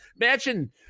imagine